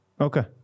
Okay